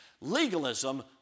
Legalism